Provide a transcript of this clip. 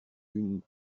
une